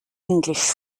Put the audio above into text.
english